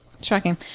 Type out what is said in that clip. Shocking